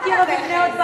אקירוב יבנה עוד בית?